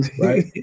Right